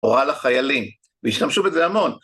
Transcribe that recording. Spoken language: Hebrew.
הוראה לחיילים, והשתמשו בזה המון.